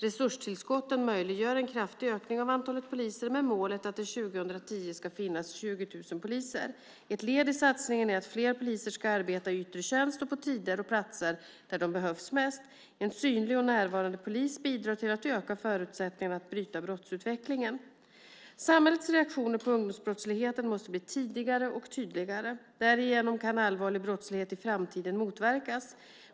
Resurstillskotten möjliggör en kraftig ökning av antalet poliser med målet att det 2010 ska finnas 20 000 poliser. Ett led i satsningen är att fler poliser ska arbeta i yttre tjänst och på tider och platser där de behövs mest. En synlig och närvarande polis bidrar till att öka förutsättningarna att bryta brottsutvecklingen. Samhällets reaktioner på ungdomsbrottsligheten måste bli tidigare och tydligare. Därigenom kan allvarlig brottslighet i framtiden motverkas.